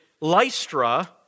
Lystra